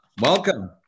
welcome